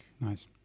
Nice